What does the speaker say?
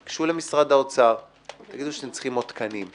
-- אז גשו למשרד האוצר ותגידו שאתם צריכים עוד תקנים.